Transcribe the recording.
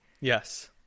Yes